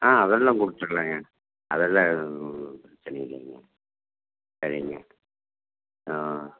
ஆ அதெல்லாம் கொடுத்துர்லாங்க அதெல்லாம் எதுவும் பிரச்சினை இல்லைங்க சரிங்க ஆ